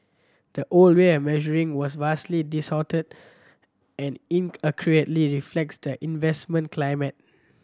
the old way of measuring was vastly distorted and inaccurately reflects the investment climate